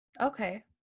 okay